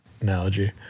analogy